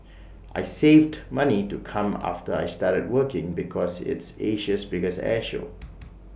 I saved money to come after I started working because it's Asia's biggest air show